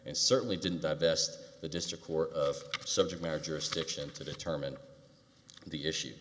and certainly didn't divest the district court of subject matter jurisdiction to determine the issue